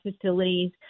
facilities